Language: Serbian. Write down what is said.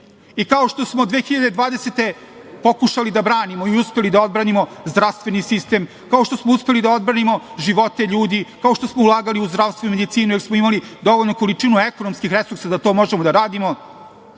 što smo 2020. godine, pokušali da branimo i uspeli da odbranimo zdravstveni sistem, kao što smo uspeli da odbranimo živote ljudi, kao što smo ulagali u zdravstvo i medicinu, jer smo imali dovoljnu količinu ekonomskih resursa da to možemo da radimo,